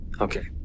Okay